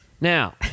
Now